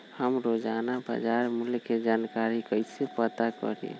हम रोजाना बाजार मूल्य के जानकारी कईसे पता करी?